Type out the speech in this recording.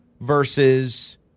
versus